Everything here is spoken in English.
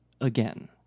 Again